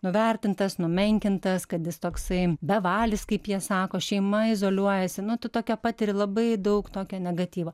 nuvertintas numenkintas kad jis toksai bevalis kaip jie sako šeima izoliuojasi nu tu tokio patiri labai daug tokio negatyvo